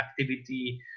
activity